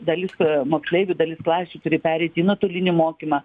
dalis moksleivių dalis klasių turi pereiti į nuotolinį mokymą